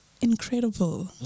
incredible